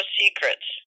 secrets